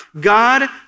God